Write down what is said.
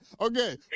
okay